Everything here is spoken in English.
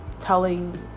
telling